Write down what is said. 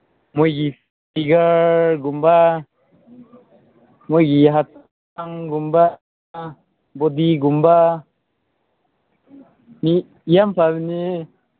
ꯃꯣꯏꯒꯤ ꯐꯤꯒꯔꯒꯨꯝꯕ ꯃꯣꯏꯒꯤ ꯍꯛꯆꯥꯡꯒꯨꯝꯕ ꯕꯣꯗꯤꯒꯨꯝꯕ ꯃꯤ ꯌꯥꯝ ꯐꯕꯅꯤ